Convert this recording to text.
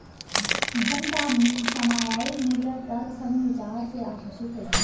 धन का सामयिक मूल्य तर्कसंग विचार से आकर्षित होता है